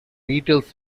beatles